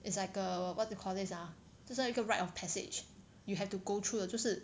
it's like uh what do you call this uh 就像一个 rite of passage you have to go through 的就是